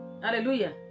Hallelujah